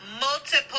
multiple